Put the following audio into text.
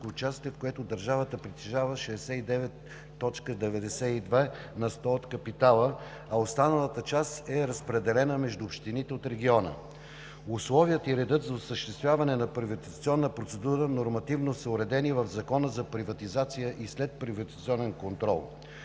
в което държавата притежава 69,92 на сто от капитала, а останалата част е разпределена между общините от региона. Условията и редът за осъществяване на приватизационна процедура нормативно са уредени в Закона за приватизация и следприватизационен контрол.